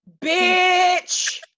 Bitch